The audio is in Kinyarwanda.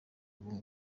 ubu